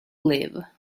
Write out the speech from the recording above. live